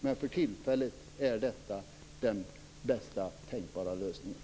Men för tillfället är detta den bästa tänkbara lösningen.